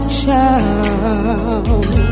child